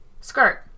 Skirt